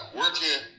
working